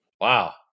Wow